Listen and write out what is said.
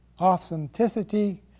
authenticity